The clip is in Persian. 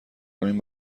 کنیم